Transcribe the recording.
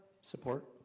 Support